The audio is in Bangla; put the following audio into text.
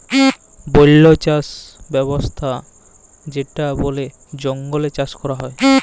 বল্য চাস ব্যবস্থা যেটা বলে জঙ্গলে চাষ ক্যরা হ্যয়